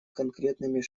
конкретными